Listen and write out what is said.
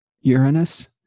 Uranus